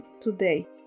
today